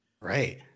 right